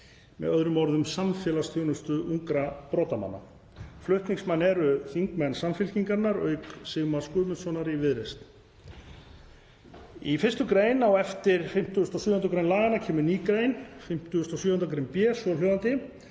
með öðrum orðum, samfélagsþjónustu ungra brotamanna. Flutningsmenn eru þingmenn Samfylkingarinnar auk Sigmars Guðmundssonar í Viðreisn. Í 1. gr., á eftir 57. gr. laganna, kemur ný grein, 57. gr. b, svohljóðandi: